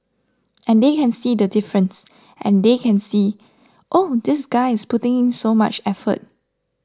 and they can see the difference and they can see oh this guy's putting in so much effort